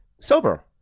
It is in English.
sober